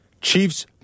Chiefs